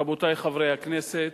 רבותי חברי הכנסת,